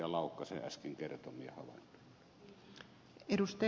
laukkasen äsken kertomia havaintoja